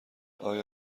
آیا